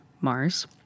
Mars